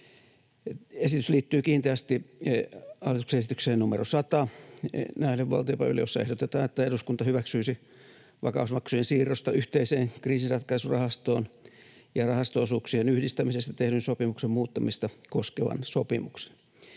Esitys liittyy kiinteästi hallituksen esitykseen numero 100 näille valtiopäiville, jossa ehdotetaan, että eduskunta hyväksyisi vakausmaksujen siirrosta yhteiseen kriisinratkaisurahastoon ja rahasto-osuuksien yhdistämisestä tehdyn sopimuksen muuttamista koskevan sopimuksen.